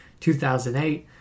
2008